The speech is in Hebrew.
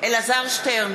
אלעזר שטרן,